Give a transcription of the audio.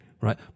right